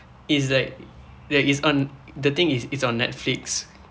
is like that is on the thing is it's it's on netflix